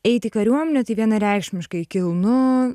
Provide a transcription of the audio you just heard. eiti į kariuomenę tai vienareikšmiškai kilnu